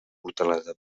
portalada